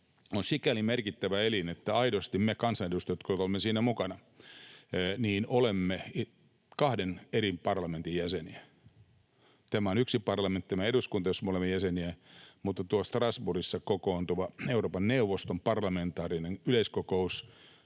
on sikäli merkittävä elin, että aidosti me kansanedustajat, jotka olemme siinä mukana, olemme kahden eri parlamentin jäseniä. Tämä eduskunta on yksi parlamentti, jossa me olemme jäseniä, mutta tuo Strasbourgissa kokoontuva Euroopan neuvoston parlamentaarinen yleiskokous,